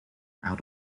out